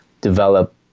develop